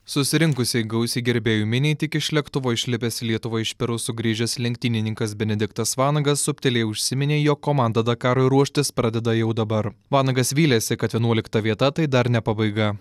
susirinkusiai gausiai gerbėjų miniai tik iš lėktuvo išlipęs į lietuvą iš peru sugrįžęs lenktynininkas benediktas vanagas subtiliai užsiminė jog komanda dakarui ruoštis pradeda jau dabar vanagas vylėsi kad vienuolikta vieta tai dar ne pabaiga